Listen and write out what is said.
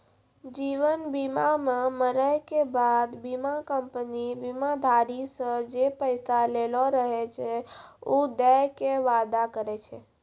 जीवन बीमा मे मरै के बाद बीमा कंपनी बीमाधारी से जे पैसा लेलो रहै छै उ दै के वादा करै छै